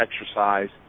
exercise